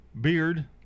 Beard